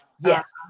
yes